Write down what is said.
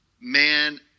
man